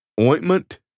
Ointment